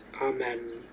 Amen